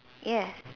yes